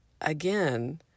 Again